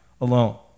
alone